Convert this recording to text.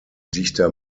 dichter